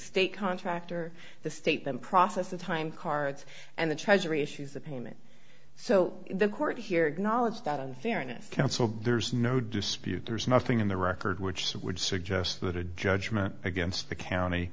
state contractor the state them process the time cards and the treasury issues a payment so the court hears knowledge that unfairness counsel there's no dispute there's nothing in the record which that would suggest that a judgment against the county